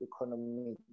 economy